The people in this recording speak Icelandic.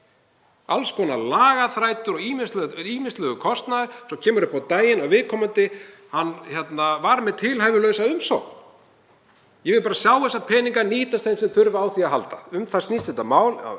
alls konar lagaþrætur og ýmsan kostnað. Svo kemur á daginn að viðkomandi var með tilhæfulausa umsókn. Ég vil sjá þessa peninga nýtast þeim sem þurfa á því að halda. Um það snýst þetta mál